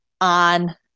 on